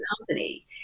company